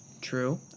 True